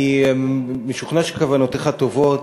אני משוכנע שכוונותיך טובות.